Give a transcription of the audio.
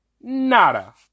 Nada